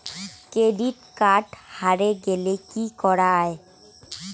Credit card হারে গেলে কি করা য়ায়?